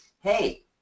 hey